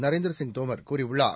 நரேந்திரசிங் தோமர் கூறியுள்ளார்